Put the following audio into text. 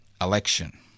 election